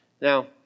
Now